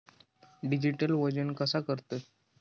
Digital वजन कसा करतत?